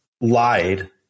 lied